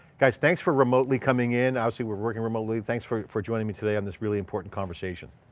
guys, thanks for remotely coming in. obviously, we're working remotely. thanks for for joining me today on this really important conversation.